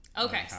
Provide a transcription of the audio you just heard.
okay